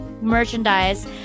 merchandise